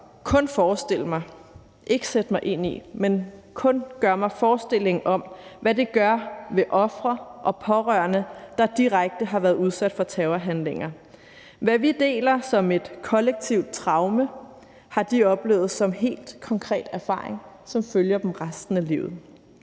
kun forestille mig, ikke sætte mig ind i, men kun gøre mig forestilling om, hvad det gør ved ofre og pårørende, der direkte har været udsat for terrorhandlinger. Hvad vi deler som et kollektivt traume, har de oplevet som helt konkret erfaring, som følger dem resten af livet.